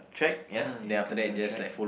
track ya you gonna go track